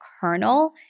kernel